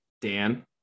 Dan